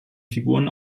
figuren